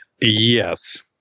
Yes